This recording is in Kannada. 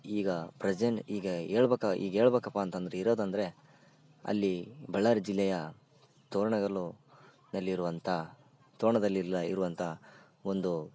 ಈಗ ಪ್ರೆಸೆನ್ ಈಗ ಹೇಳ್ಬೇಕಾ ಈಗ ಹೇಳ್ಬೇಕಪ್ಪ ಅಂತಂದ್ರೆ ಇರೋದಂದ್ರೆ ಅಲ್ಲಿ ಬಳ್ಳಾರಿ ಜಿಲ್ಲೆಯ ತೋರಣಗಲ್ಲುನಲ್ಲಿರುವಂಥ ತೋರಣದಲ್ಲಿಲ್ಲ ಇರುವಂಥ ಒಂದು